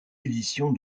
édition